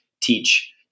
teach